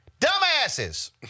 dumbasses